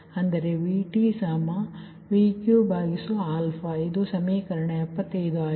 ಆದ್ದರಿಂದ VqVt NqNt ಅಂದರೆ VtVq ಇದು ಸಮೀಕರಣ 75 ಆಗಿದೆ